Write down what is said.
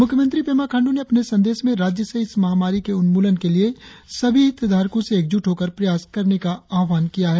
मुख्यमंत्री पेमा खाण्ड्र ने अपने संदेश में राज्य से इस महामारी के उन्मूलन के लिए सभी हितधारकों से एक जूट होकर प्रयास करने का आह्वान किया है